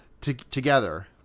together